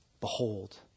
behold